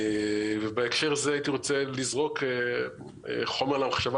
בהקשר הזה הייתי רוצה לזרוק חומר למחשבה